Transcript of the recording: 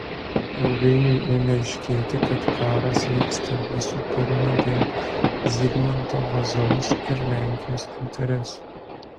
ilgainiui ėmė aiškėti kad karas vyksta visų pirma dėl zigmanto vazos ir lenkijos interesų